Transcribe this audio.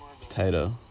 potato